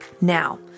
Now